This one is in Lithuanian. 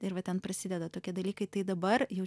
ir va ten prisideda tokie dalykai tai dabar jau